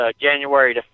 January